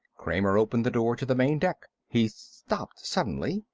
kramer opened the door to the main deck. he stopped suddenly,